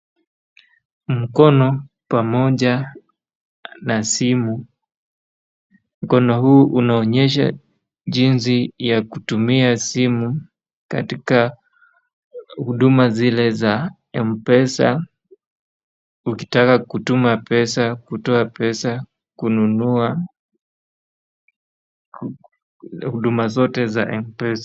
Mkono pamoja na simu. Mkono huu unaonyesha jinsi ya kutumia simu katika huduma zile za M-pesa. Ukitaka kutuma pesa, kutoa pesa, kununua. Huduma zote za M-pesa.